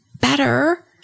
better